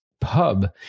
pub